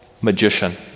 magician